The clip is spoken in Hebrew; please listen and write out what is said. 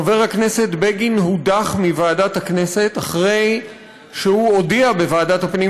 חבר הכנסת בגין הודח מוועדת הכנסת אחרי שהוא הודיע בוועדת הפנים